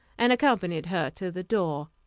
and accompanied her to the door.